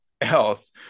else